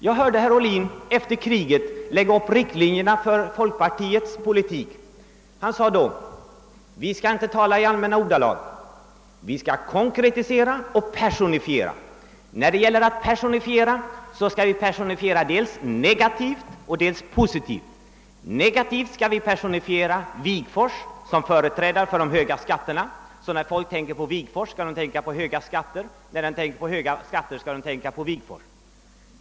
Jag hörde herr Ohlin efter kriget dra upp riktlinjerna för folkpartiets politik. Han sade då: Vi skall inte tala i allmänna ordalag — vi skall konkretisera och personifiera. När det gäller att personifiera skall vi göra det dels negativt, dels positivt. Negativt skall vi personifiera Wigforss som företrädare för de höga skatterna, så när folk tänker på Wigforss skall de tänka på höga skatter, och när de tänker på höga skatter skall de tänka på Wigforss.